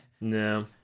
No